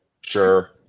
sure